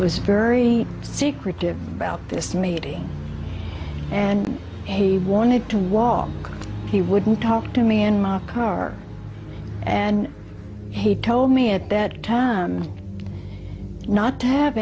was very secretive about this meeting and he wanted to walk he wouldn't talk to me and mark karr and he told me at that time not to have